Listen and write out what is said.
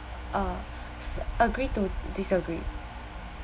uh s~ agree to disagree